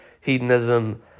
hedonism